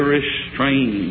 restrain